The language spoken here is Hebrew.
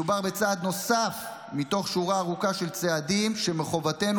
מדובר בצעד נוסף מתוך שורה ארוכה של צעדים שמחובתנו